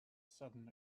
sudden